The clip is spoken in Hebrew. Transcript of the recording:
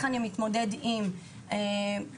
איך אני מתמודד עם תופעות מסוימות.